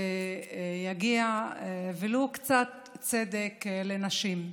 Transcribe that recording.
ויגיע ולו קצת צדק לנשים.